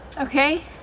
Okay